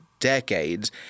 decades